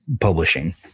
publishing